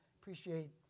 Appreciate